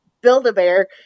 Build-A-Bear